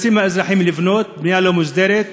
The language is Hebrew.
האזרחים נאלצים לבנות בנייה לא מוסדרת,